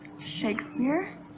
Shakespeare